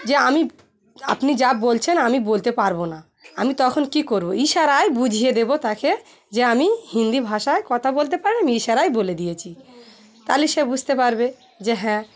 যে আমি আপনি যা বলছেন আমি বলতে পারবো না আমি তখন কী করবো ইশারায় বুঝিয়ে দেবো তাকে যে আমি হিন্দি ভাষায় কথা বলতে পারি না আমি ইশারায় বলে দিয়েছি তাহলে সে বুঝতে পারবে যে হ্যাঁ